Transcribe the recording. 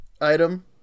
item